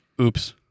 oops